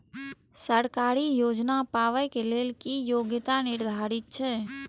सरकारी योजना पाबे के लेल कि योग्यता निर्धारित छै?